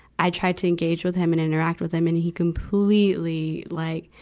i tried to engage with him and interact with him, and he completely like,